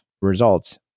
results